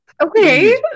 Okay